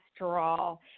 cholesterol